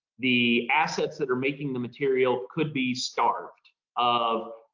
the assets that are making the material could be starved of